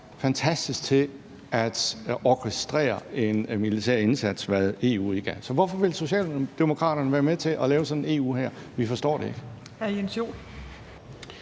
fantastisk til at orkestrere en militær indsats, hvilket EU ikke er? Hvorfor vil Socialdemokraterne været med til at lave sådan en EU-hær? Vi forstår det ikke.